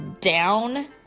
down